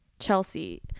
chelsea